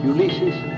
Ulysses